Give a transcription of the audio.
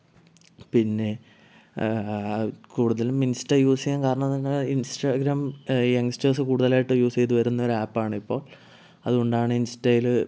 പിന്നെ കൂടുതലും insta use ചെയ്യാൻ കാരണംന്ന് പറഞ്ഞാൽ ഇൻസ്റ്റഗ്രാം യംഗ്സ്റ്റേഴ്സ് കൂടുതലായിട്ട് യൂസ് ചെയ്ത് വരുന്ന ഒര് ആപ്പ് ആണ് ഇപ്പോൾ അതുകൊണ്ടാണ് ഇൻസ്റ്റയില്